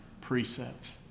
precepts